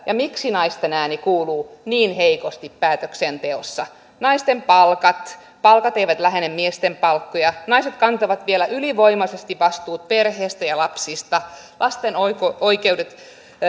ja miksi naisten ääni kuuluu niin heikosti päätöksenteossa naisten palkat palkat eivät lähene miesten palkkoja naiset kantavat vielä ylivoimaisesti vastuut perheestä ja lapsista lasten oikeudet oikeudet